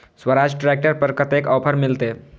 Swaraj tractor पर कतेक offer मिलते?